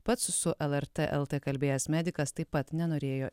pats su lrt lt kalbėjęs medikas taip pat nenorėjo